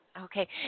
Okay